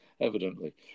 evidently